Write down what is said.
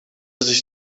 sich